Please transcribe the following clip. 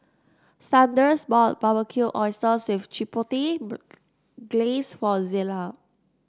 Sanders bought Barbecue Oysters with Chipotle Glaze for Zela